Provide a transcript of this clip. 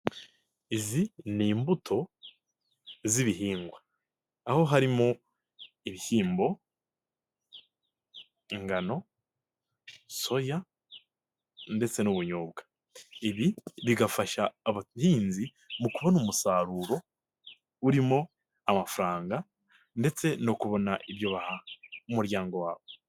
Izi ni imbuto z'ibihingwa, aho harimo ibyimbo, ingano, soya ndetse n'ubunyobwa, ibi bigafasha abahinzi mu kubona umusaruro urimo amafaranga ndetse no kubona ibyo baha umuryango wabo.